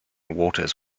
waters